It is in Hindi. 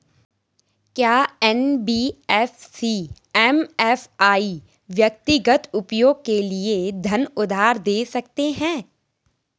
क्या एन.बी.एफ.सी एम.एफ.आई व्यक्तिगत उपयोग के लिए धन उधार दें सकते हैं?